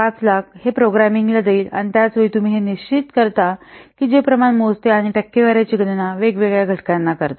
5 लाख हे प्रोग्रामिंगला देईल आणि त्याचप्रमाणे तुम्ही हे निश्चित करता की जे प्रमाण मोजते आणि टक्केवारीची गणना वेगवेगळ्या घटकांना करता